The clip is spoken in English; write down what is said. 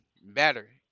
better